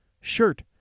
shirt